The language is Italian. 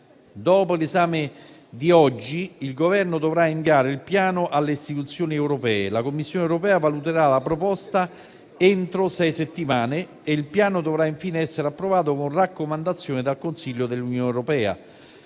Dopo l'esame di oggi, il Governo dovrà inviare il piano alle istituzioni europee. La Commissione europea valuterà la proposta entro sei settimane e il Piano dovrà infine essere approvato con raccomandazione dal Consiglio dell'Unione europea.